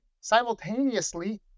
simultaneously